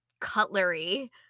cutlery